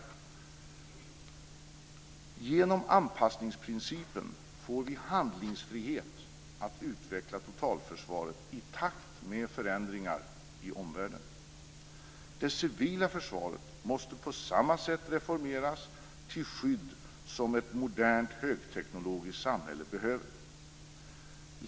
Genom anpassningsprincipen får vi handlingsfrihet att utveckla totalförsvaret i takt med förändringar i omvärlden. Det civila försvaret måste på samma sätt reformeras till det skydd som ett modernt högteknologiskt samhälle behöver.